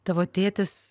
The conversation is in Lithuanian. tavo tėtis